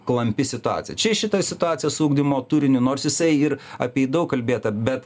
klampi situacija čia į šitą situaciją su ugdymo turiniu nors jisai ir apie jį daug kalbėta bet